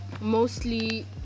mostly